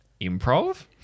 improv